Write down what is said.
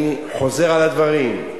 אני חוזר על הדברים: